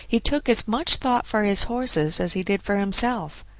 he took as much thought for his horses as he did for himself.